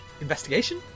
investigation